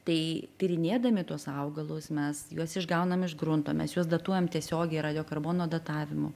tai tyrinėdami tuos augalus mes juos išgaunam iš grunto mes juos datuojam tiesiogiai radiokarbono datavimu